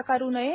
आकारू नये